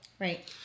Right